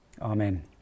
Amen